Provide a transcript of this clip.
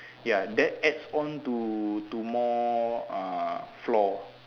ya that adds on to to more uh floor